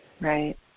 Right